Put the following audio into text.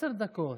עשר דקות.